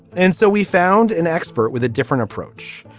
and so we found an expert with a different approach.